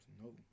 No